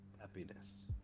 Happiness